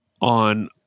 on